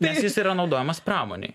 nes jis yra naudojamas pramonėj